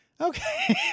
Okay